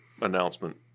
announcement